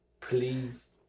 please